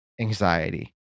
anxiety